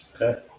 Okay